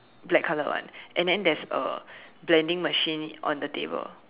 black color one and then there's a blending machine on the table